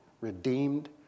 redeemed